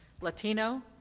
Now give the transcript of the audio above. Latino